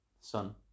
sun